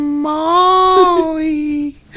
Molly